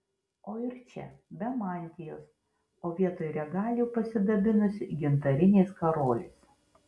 o ir čia be mantijos o vietoj regalijų pasidabinusi gintariniais karoliais